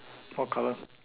what colour